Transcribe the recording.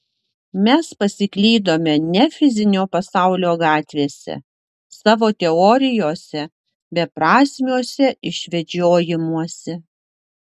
mes pasiklydome ne fizinio pasaulio gatvėse savo teorijose beprasmiuose išvedžiojimuose